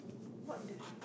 what the